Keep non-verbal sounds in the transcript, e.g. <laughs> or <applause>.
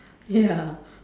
ya <laughs>